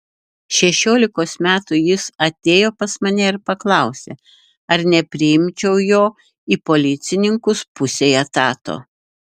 šešiolikos metų jis atėjo pas mane ir paklausė ar nepriimčiau jo į policininkus pusei etato